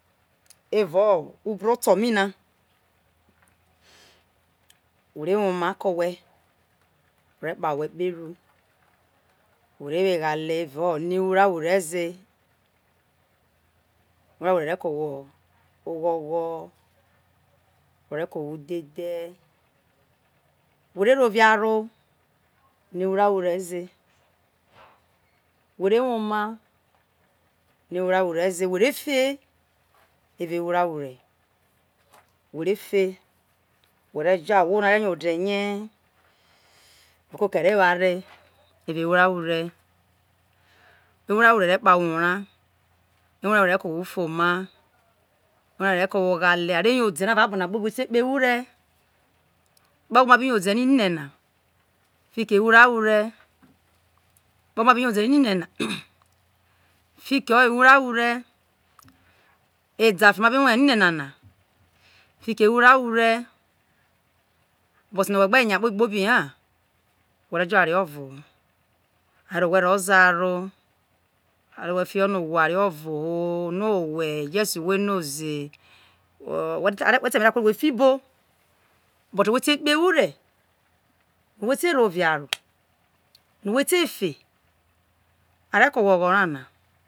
evao ubro to mi na ore